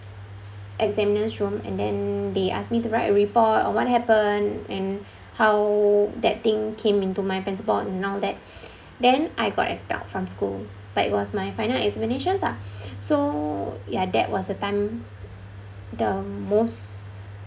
examiner's room and then they ask me to write a report on what happened and how that thing came into my pencil box and now that then I got expelled from school but it was my final examinations lah so ya that was the time the most